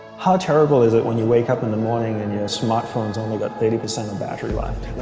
how terrible is it when you wake up in the morning and your smartphone's only got thirty percent of battery life